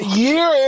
year